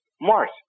Mars